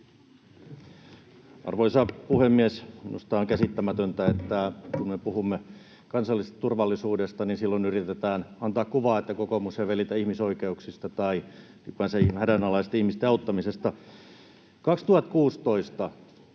Arvoisa puhemies! Minusta on käsittämätöntä, että kun me puhumme kansallisesta turvallisuudesta, niin silloin yritetään antaa kuvaa, että kokoomus ei välitä ihmisoikeuksista tai ylipäänsä hädänalaisten ihmisten auttamisesta.